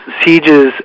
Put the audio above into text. sieges